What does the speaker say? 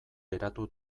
geratu